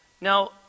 Now